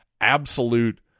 absolute